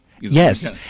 Yes